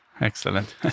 Excellent